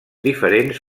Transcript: diferents